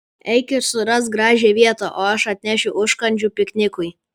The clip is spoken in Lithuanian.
eik ir surask gražią vietą o aš atnešiu užkandžių piknikui